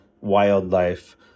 wildlife